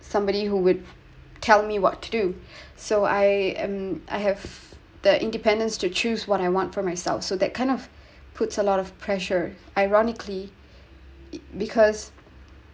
somebody who would tell me what to do so I am I have the independents to choose what I want for myself so that kind of puts a lot of pressure ironically because